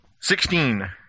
Sixteen